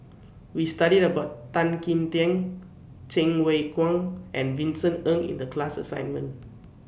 We studied about Tan Kim Tian Cheng Wai Keung and Vincent Ng in The class assignment